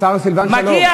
השר סילבן שלום.